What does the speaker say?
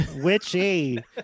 Witchy